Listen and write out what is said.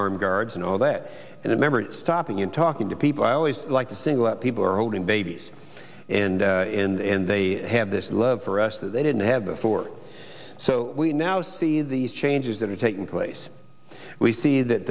armed guards and all that and a member stopping in talking to people i always like to single out people are holding babies and and they have this love for us that they didn't have before so we now see these changes that are taking place we see that